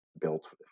built